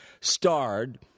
starred